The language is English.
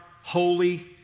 holy